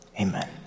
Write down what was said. Amen